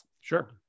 Sure